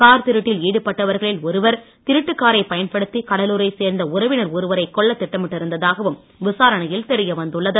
car திருட்டில் ஈடுபட்டவர்களில் ஒருவர் திருட்டு காரைப் பயன்படுத்தி கடலூரைச் சேர்ந்த் உறவினர் ஒருவரை கொல்லத் திட்டமிட்டு இருந்ததாகவும் விசாரணையில் தெரிய வந்துள்ளது